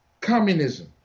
communism